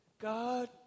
God